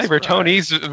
Tony's